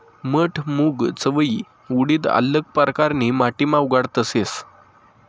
मठ, मूंग, चवयी, उडीद आल्लग परकारनी माटीमा उगाडता येस